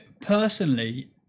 personally